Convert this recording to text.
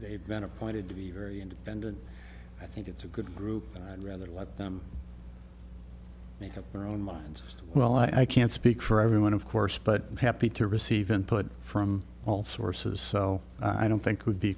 they've been appointed to be very independent i think it's a good group and i'd rather let them make up their own minds as to well i i can't speak for everyone of course but happy receive input from all sources so i don't think i could be